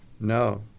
No